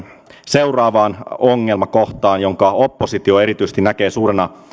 seuraavaan ongelmakohtaan jonka oppositio erityisesti näkee suurena